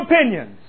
opinions